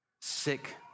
sick